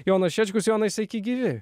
jonas šečkus jonai sveiki gyvi